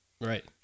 Right